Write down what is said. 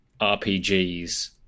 RPGs